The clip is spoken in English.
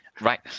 Right